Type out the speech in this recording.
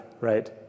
right